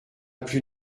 plus